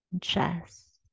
chest